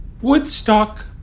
Woodstock